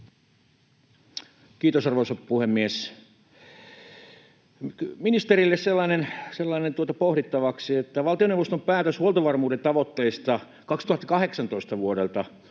Kiitos, arvoisa puhemies! Ministerille sellainen pohdittavaksi, että valtioneuvoston päätös huoltovarmuuden tavoitteista vuodelta